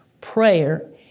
Prayer